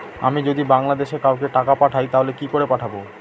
আমি যদি বাংলাদেশে কাউকে টাকা পাঠাই তাহলে কি করে পাঠাবো?